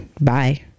bye